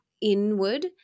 inward